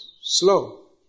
slow